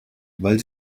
weil